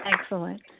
excellent